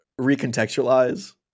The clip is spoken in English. recontextualize